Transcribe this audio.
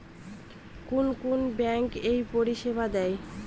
কোন কোন ব্যাঙ্ক এই পরিষেবা দেয়?